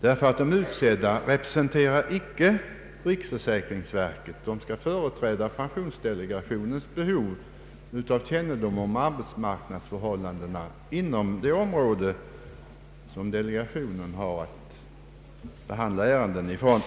De utsedda ledamöterna repre senterar icke riksförsäkringsverket utan har att inom pensionsdelegationen medverka med sin speciella kännedom om arbetsmarknadsförhållandena inom det område som delegationen har att behandla ärenden ifrån.